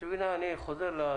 מכיוון שאנחנו כבר חורגים מעולם